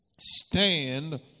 stand